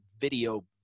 video